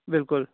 بلکُل